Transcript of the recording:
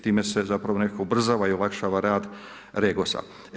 Time se zapravo nekako ubrzava i olakšava rad REGOS-a.